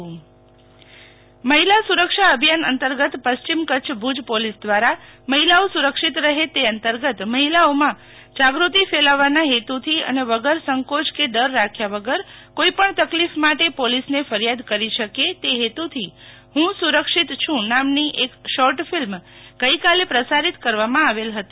શીતલ વૈશ્નવ મહિલા સુરક્ષા અભિયાન મહિલા સુરક્ષા અભિયાન અંતર્ગત પ્રશ્રિમ કરછ ભુજ પોલીસ દ્વારા મહિલાઓ સુરક્ષિત રહે તે અંતર્ગત મહિલાઓમાં જાગૃતિ ફેલાવવાનાં હેતુ થી અને વગર સંકોય કે ડર રાખ્યા વગર કોઈ પણ તકલીફ માટે પોલીસને ફરિયાદ કરી શકે તે હેતુથી ઠું સુરક્ષિત છુ નામની એક સોર્ટ ફિલ્મ ગઈકાલે પ્રસારિત કરવામાં આવી હતી